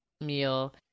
meal